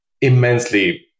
immensely